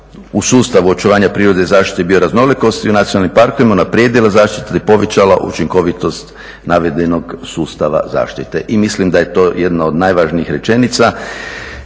u sustavu očuvanja prirode i zaštite bioraznolikosti u nacionalnim parkovima unaprijedila zaštita i povećala učinkovitost navedenog sustava zaštite. I mislim da je to jedna od najvažnijih rečenica,